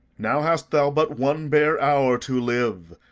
now hast thou but one bare hour to live,